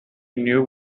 knew